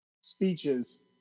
speeches